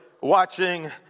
watching